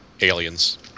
aliens